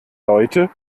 leute